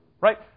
Right